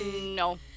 no